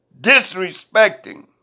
disrespecting